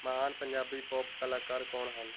ਮਹਾਨ ਪੰਜਾਬੀ ਪੋਪ ਕਲਾਕਾਰ ਕੌਣ ਹਨ